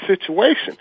situation